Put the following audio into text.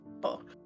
book